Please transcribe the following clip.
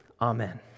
Amen